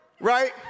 Right